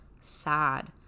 sad